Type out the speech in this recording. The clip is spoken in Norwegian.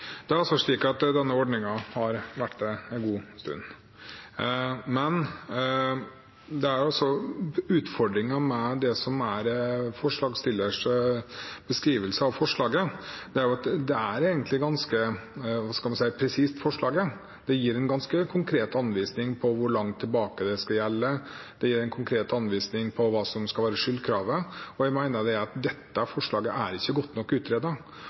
Denne ordningen har vært en god stund, men det er utfordringer med det som er forslagsstillernes beskrivelse av forslaget. Forslaget er egentlig ganske – hva skal man si – presist. Det gir en ganske konkret anvisning om hvor langt tilbake det skal gjelde, det gir en konkret anvisning om hva som skal være skyldkravet. Jeg mener at dette forslaget ikke er godt nok utredet. Og når jeg sier at det har ingen hast, mener jeg det på den måten at det ikke